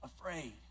afraid